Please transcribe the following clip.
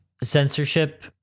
Censorship